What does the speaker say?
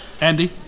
Andy